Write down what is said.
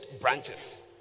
branches